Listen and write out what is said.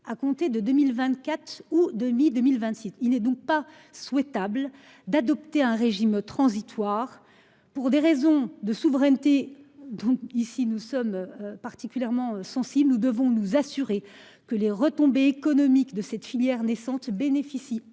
à compter de 2024 ou de mi-2026. Il n'est donc pas souhaitable d'adopter un régime transitoire pour des raisons de souveraineté. Donc ici, nous sommes particulièrement sensibles où nous devons nous assurer que les retombées économiques de cette filière naissante bénéficie